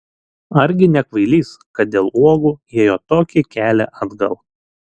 argi ne kvailys kad dėl uogų ėjo tokį kelią atgal